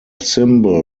symbol